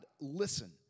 listen